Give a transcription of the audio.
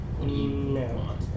No